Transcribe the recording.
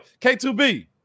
K2B